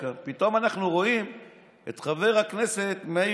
ופתאום אנחנו רואים את חבר הכנסת מאיר